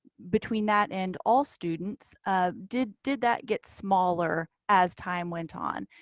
between that and all students ah did did that get smaller as time went on?